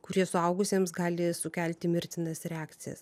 kurie suaugusiems gali sukelti mirtinas reakcijas